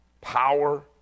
power